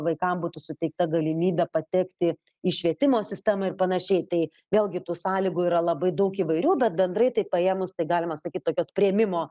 vaikam būtų suteikta galimybė patekti į švietimo sistemą ir panašiai tai vėlgi tų sąlygų yra labai daug įvairių bet bendrai tai paėmus tai galima sakyt tokios priėmimo